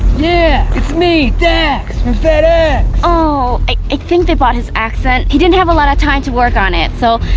yeah, it's me, dax, from fedex. oh, i think they bought his accent. he didn't have a lot of time to work on it, so